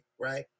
right